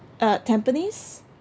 uh tampines